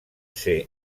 ser